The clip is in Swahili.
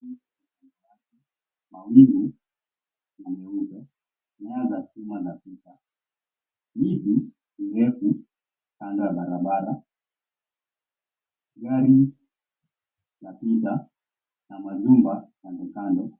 Mawingu yameunda imeanza kutoa matita. Miti mirefu imesimama kando ya barabara. Gari inapita na majumba kando kando.